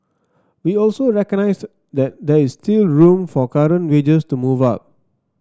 we also recognised that there is still room for current wages to move up